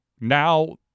now